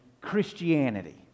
Christianity